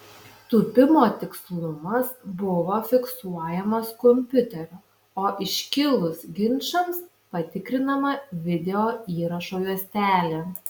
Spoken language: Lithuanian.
tūpimo tikslumas buvo fiksuojamas kompiuterio o iškilus ginčams patikrinama video įrašo juostelė